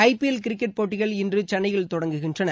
ஐ P L cricket போட்டிகள் இன்று சென்னையில் தொடங்குகின்றன